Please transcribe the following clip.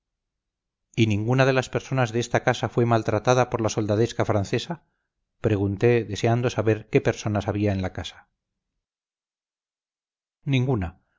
y ninguna de las personas de esta casa fue maltratada por la soldadesca francesa pregunté deseando saber qué personas había en la casa ninguna